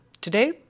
Today